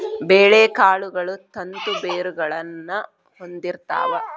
ಬೇಳೆಕಾಳುಗಳು ತಂತು ಬೇರುಗಳನ್ನಾ ಹೊಂದಿರ್ತಾವ